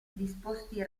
disposti